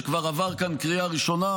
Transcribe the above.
שכבר עבר כאן בקריאה ראשונה,